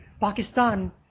Pakistan